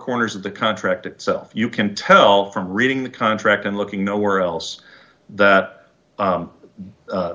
corners of the contract itself you can tell from reading the contract and looking nowhere else that